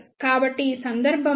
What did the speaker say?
కాబట్టి ఈ సందర్భంలో ఇది 33